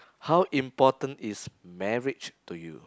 how important is marriage to you